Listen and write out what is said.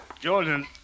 jordan